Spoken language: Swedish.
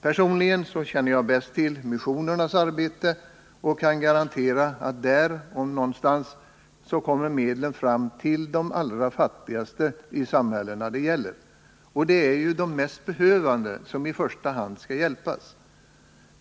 Personligen känner jag bäst till missionernas arbete, och jag kan garantera att där — om någonstans — når medlen fram till de allra fattigaste i de samhällen som det gäller. Det är ju de mest behövande som i första hand skall hjälpas.